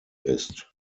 ist